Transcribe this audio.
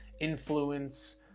influence